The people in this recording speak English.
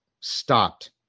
stopped